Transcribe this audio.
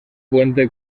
puente